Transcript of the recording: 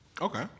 Okay